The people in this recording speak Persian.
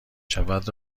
شود